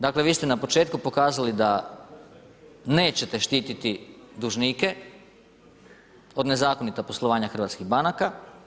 Dakle vi ste na početku pokazali da nećete štiti dužnike od nezakonita poslovanja hrvatskih banaka.